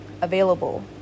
available